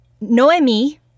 Noemi